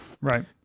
Right